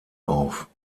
auf